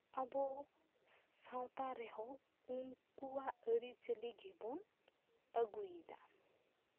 ᱟᱵᱚ ᱥᱟᱶᱛᱟ ᱨᱮᱦᱚᱸ ᱩᱱᱠᱩᱣᱟᱜ ᱟᱹᱨᱤᱪᱟᱹᱞᱤ ᱜᱮᱵᱚᱱ ᱟᱹᱜᱩᱭᱮᱫᱟ